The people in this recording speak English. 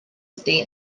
state